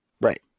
Right